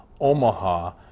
Omaha